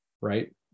right